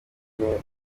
niwe